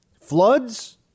Floods